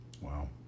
Wow